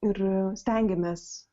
ir stengiamės